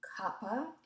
Kappa